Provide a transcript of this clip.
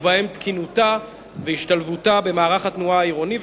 ובהם תקינותה והשתלבותה במערך התנועה העירוני,